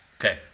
Okay